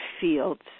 fields